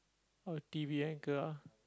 oh t_v anchor ah